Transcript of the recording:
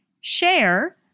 Share